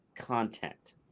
content